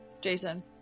jason